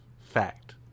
fact